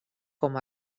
com